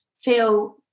feel